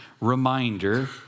reminder